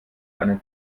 einen